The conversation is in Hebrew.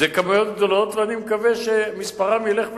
שאלה אנשים רבים, ואני מקווה שמספרם ילך ויעלה.